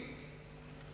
עם מי?